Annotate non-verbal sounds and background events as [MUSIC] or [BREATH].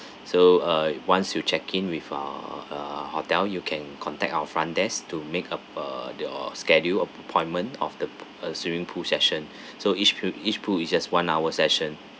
so uh once you check in with uh uh hotel you can contact our front desk to make a uh your schedule app~ appointment of the uh swimming pool session [BREATH] so each po~ each pool is just one hour session